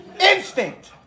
Instinct